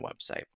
website